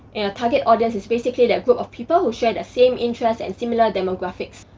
target audience is basically the group of people who share the same interests and similar demographics.